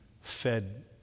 fed